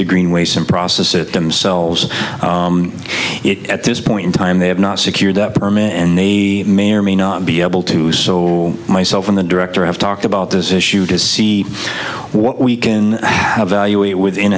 the greenways and process it themselves it at this point in time they have not secured that permit and they may or may not be able to do so myself and the director have talked about this issue to see what we can have value it within